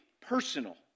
personal